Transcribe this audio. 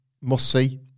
must-see